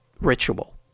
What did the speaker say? ritual